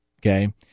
Okay